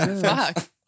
Fuck